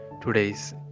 today's